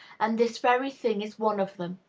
and this very thing is one of them.